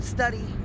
Study